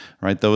Right